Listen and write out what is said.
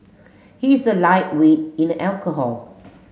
he is a lightweight in alcohol